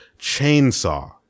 Chainsaw